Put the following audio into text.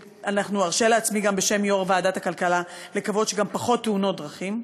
וארשה לעצמי גם בשם יושב-ראש ועדת הכלכלה לקוות שגם פחות תאונות דרכים.